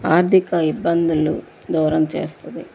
ఆర్థిక ఇబ్బందులు దూరం చేస్తది